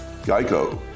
Geico